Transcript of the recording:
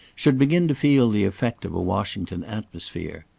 should begin to feel the effect of a washington atmosphere.